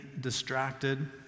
distracted